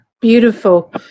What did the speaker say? Beautiful